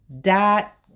dot